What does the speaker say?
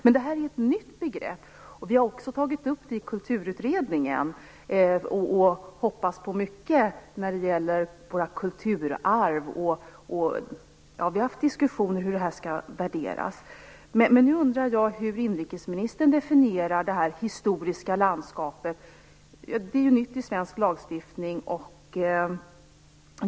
Men här har vi ett nytt begrepp, som vi också tagit upp i Kulturutredningen och som vi hoppas mycket på när det gäller våra kulturarv. Vi har haft diskussioner om hur det här skall värderas. Hur definierar alltså inrikesministern det här med historiskt landskap? Det är, som sagt, nytt i svensk lagstiftning.